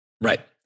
Right